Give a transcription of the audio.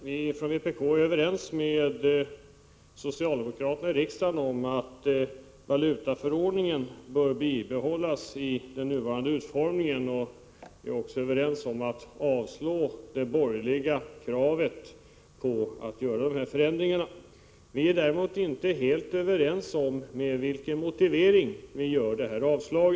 Herr talman! Vi från vpk är överens med socialdemokraterna här i riksdagen om att valutaförordningen bör bibehållas i sin nuvarande utformning, och vi är överens om att avslå det borgerliga kravet om förändringar i förordningen. Vi är däremot inte överens om med vilken motivering vi gör detta avslag.